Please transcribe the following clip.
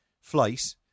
flight